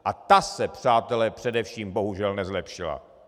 A ta se, přátelé, především bohužel nezlepšila!